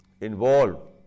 involve